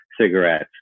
cigarettes